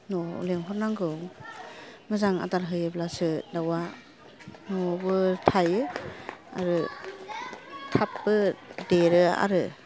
न'आव लेंहर नांगौ मोजां आदार होयोब्लासो दाउआ न'आवबो थायो आरो थाबबो देरो आरो